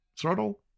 throttle